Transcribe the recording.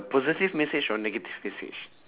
positive message or negative message